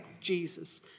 Jesus